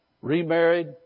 remarried